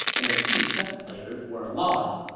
and the two chess players were alarmed